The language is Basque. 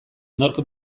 nork